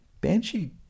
Banshee